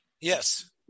Yes